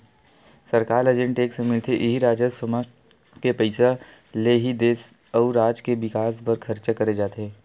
सरकार ल जेन टेक्स मिलथे इही राजस्व म के पइसा ले ही देस अउ राज के बिकास बर खरचा करे जाथे